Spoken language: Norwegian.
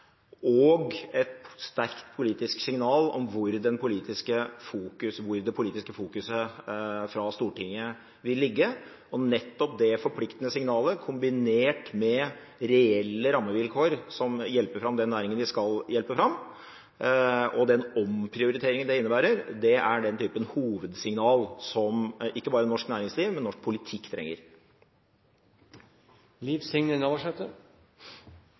og et sterkt politisk signal om hvor det politiske fokuset fra Stortinget vil ligge. Nettopp det forpliktende signalet kombinert med reelle rammevilkår som hjelper fram den næringen vi skal hjelpe fram, og den omprioriteringen det innebærer, er den typen hovedsignal som ikke bare norsk næringsliv, men norsk politikk trenger.